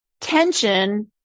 tension